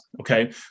okay